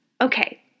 Okay